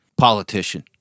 politician